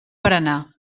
paranà